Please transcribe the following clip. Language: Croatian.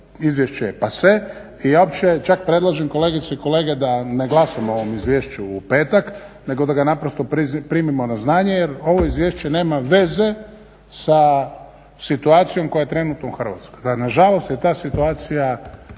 izvješće je passe i ja uopće, čak predlažem kolegice i kolege da ne glasamo o ovom izvješću u petak nego da ga naprosto primimo na znanje jer ovo izvješće nema veze sa situacijom koja je trenutno u Hrvatskoj. Nažalost je ta situacija